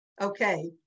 Okay